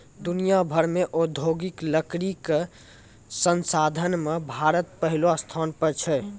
दुनिया भर मॅ औद्योगिक लकड़ी कॅ संसाधन मॅ भारत पहलो स्थान पर छै